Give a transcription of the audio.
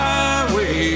Highway